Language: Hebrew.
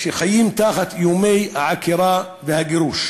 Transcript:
שחיים תחת איומי העקירה והגירוש